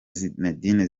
zinedine